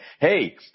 Hey